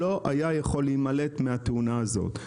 והוא לא היה יכול להימלט מהתאונה הזאת.